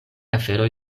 aferoj